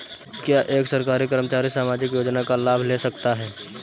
क्या एक सरकारी कर्मचारी सामाजिक योजना का लाभ ले सकता है?